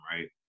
right